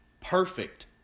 perfect